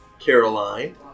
Caroline